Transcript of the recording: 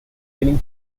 winning